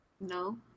No